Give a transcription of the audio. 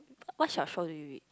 what 小说 do you read